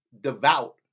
devout